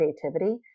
creativity